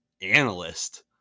analyst